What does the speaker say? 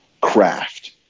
craft